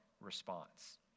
response